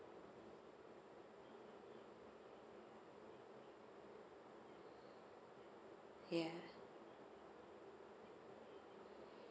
yeah